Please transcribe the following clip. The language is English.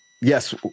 yes